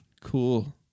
cool